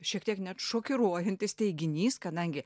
šiek tiek net šokiruojantis teiginys kadangi